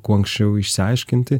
kuo anksčiau išsiaiškinti